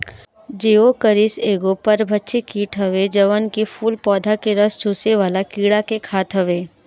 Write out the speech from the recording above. Geocoris एगो परभक्षी कीट हवे जवन की फूल पौधा के रस चुसेवाला कीड़ा के खात हवे